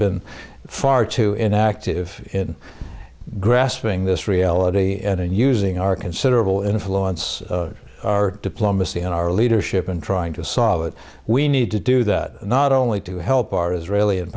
been far too inactive in grasping this reality and using our considerable influence our diplomacy and our leadership in trying to solve it we need to do that not only to help our israeli and